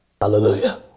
Hallelujah